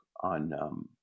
on